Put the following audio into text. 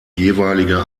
jeweilige